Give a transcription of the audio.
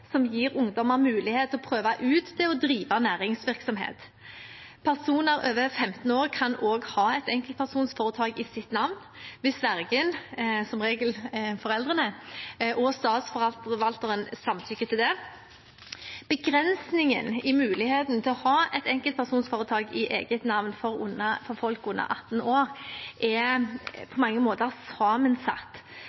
som gir ungdommer mulighet til å prøve ut det å drive næringsvirksomhet. Personer over 15 år kan også ha et enkeltpersonforetak i sitt navn hvis vergen, som regel foreldrene, og statsforvalteren samtykker til det. Begrensningen i muligheten til å ha et enkeltpersonforetak i eget navn for folk under 18 år er